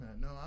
No